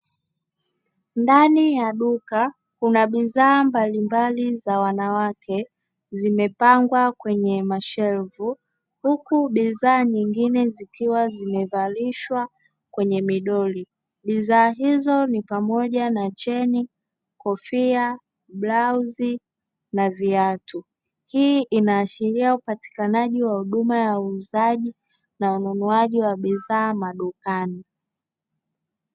Ndani ya duka kuna bidhaa mbalimbali za wanawake zimepangwa kwenye mashelfu huku bidhaa nyingine zikiwa zimevalishwa kwenye midoli bidhaa hizo ni pamoja na cheni, kofia, blauzi na viatu. hii inaashiria upatikanaji wa huduma ya uuzaji na ununuaji wa bidhaa madukani.